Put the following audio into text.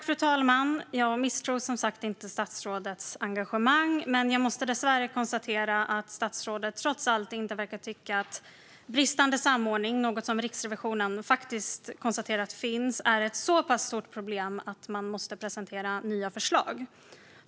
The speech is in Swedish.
Fru talman! Jag misstror som sagt inte statsrådets engagemang, men jag måste dessvärre konstatera att statsrådet trots allt inte verkar tycka att bristande samordning, något som Riksrevisionen faktiskt konstaterar finns, är ett så pass stort problem att man måste presentera nya förslag.